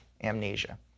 amnesia